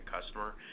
customer